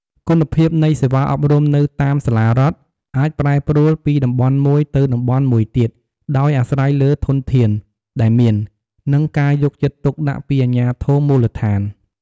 គុណភាពនៃសេវាអប់រំនៅតាមសាលារដ្ឋអាចប្រែប្រួលពីតំបន់មួយទៅតំបន់មួយទៀត ដោយអាស្រ័យលើធនធានដែលមាន និងការយកចិត្តទុកដាក់ពីអាជ្ញាធរមូលដ្ឋាន។